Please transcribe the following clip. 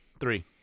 three